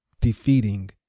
defeating